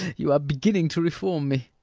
you are beginning to reform me.